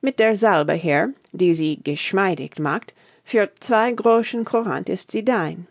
mit der salbe hier die sie geschmeidig macht für zwei groschen courant ist sie dein